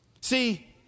See